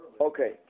Okay